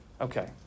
Okay